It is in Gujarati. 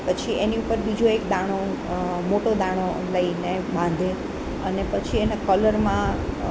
પછી એની ઉપર બીજો એક દાણો મોટો દાણો લઈને બાંધે અને પછી એના કલરમાં